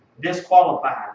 disqualified